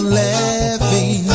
laughing